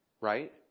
right